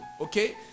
okay